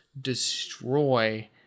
destroy